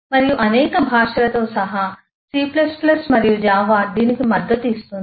మరియు అనేక భాషలతో సహా C మరియు జావా దీనికి మద్దతు ఇస్తుంది